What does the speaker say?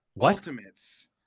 Ultimates